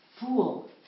Fool